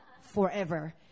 forever